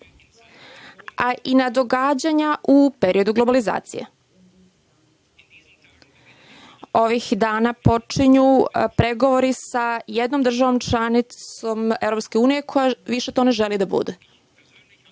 i na događanja u periodu globalizacije. Ovih dana počinju pregovori sa jednom državom članicom EU koja to više ne želi da bude.